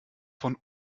von